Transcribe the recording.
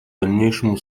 дальнейшему